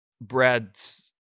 Brad's